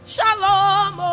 Shalom